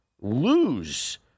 lose